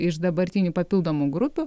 iš dabartinių papildomų grupių